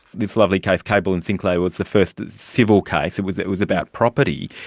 this lovely case, kable and sinclair, it was the first civil case, it was it was about property.